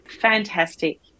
fantastic